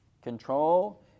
control